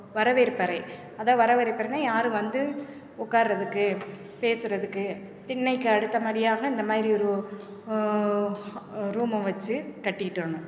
வரவேற்பறை அதான் வரவேற்பு அறைன்னால் யாரும் வந்து உட்கார்றதுக்கு பேசுறதுக்கு திண்ணைக்கு அடுத்த படியாக இந்த மாதிரி ஒரு ஓ ரூம்மை வச்சி கட்டி விட்டுறணும்